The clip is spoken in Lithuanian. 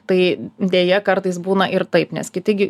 tai deja kartais būna ir taip nes kiti gi